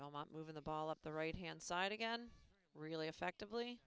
while not moving the ball up the right hand side again really effectively